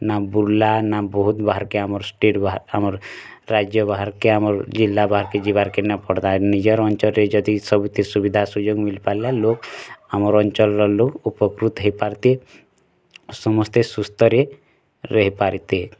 ନା ବୁର୍ଲା ନା ବହୁତ ବାହାର୍ କେ ଆମର୍ ଷ୍ଟେଟ୍ ବାହାର୍ ଆମର୍ ରାଜ୍ୟ ବାହାର୍ କେ ଆମର୍ ଜିଲ୍ଲା ବାହାର୍ କେ ଯିବାର୍ କେ ନାଇଁ ପଡ଼ତା ନିଜର୍ ଅଞ୍ଚଲ୍ ରେ ଯଦି ସବୁଥିର ସୁବିଧା ସୁଯୋଗ ମିଲ ପାରିଲେ ଲୋକ୍ ଆମର୍ ଅଞ୍ଚଲ୍ ର ଲୋକ୍ ଉପକୃତ୍ ହେଇ ପାରତେ ସମସ୍ତେ ସୁସ୍ଥ ରେ ରହି ପାରିତେ